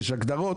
יש הגדרות.